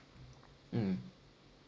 mm